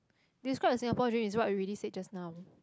describe a Singapore dream is what we already said just now